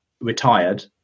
retired